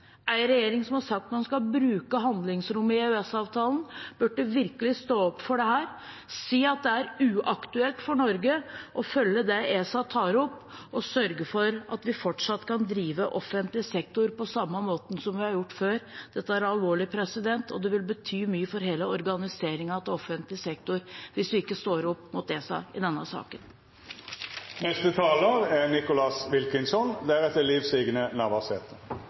regjering som har sagt at man skal bruke handlingsrommet i EØS-avtalen, burde virkelig stå opp for dette, si at det er uaktuelt for Norge å følge det ESA tar opp, og sørge for at vi fortsatt kan drive offentlig sektor på samme måten som vi har gjort før. Dette er alvorlig, og det vil bety mye for hele organiseringen av offentlig sektor hvis vi ikke står opp mot ESA i denne saken. Kommunene er